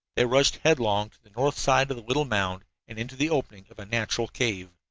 they rushed headlong to the north side of the little mound, and into the opening of a natural cave.